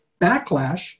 backlash